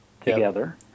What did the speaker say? together